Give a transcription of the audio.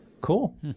cool